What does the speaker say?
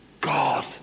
God